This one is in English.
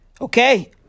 Okay